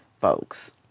folks